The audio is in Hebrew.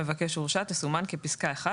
הורשע" תסומן כפסקה (1),